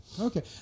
okay